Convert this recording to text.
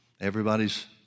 Everybody's